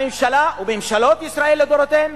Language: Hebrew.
הממשלה וממשלות ישראל לדורותיהן,